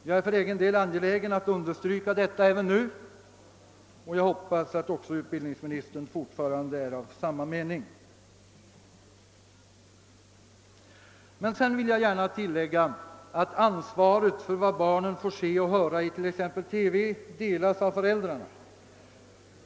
Jag är för egen del angelägen att understryka detta även nu, och jag hoppas att också utbildningsministern fortfarande är av samma mening. Men sedan vill jag gärna tillägga att ansvaret för vad barnen får se och höra it.ex. TV delas av föräldrarna.